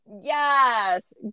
Yes